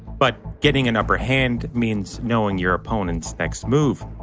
but getting an upper hand means knowing your opponent's next move.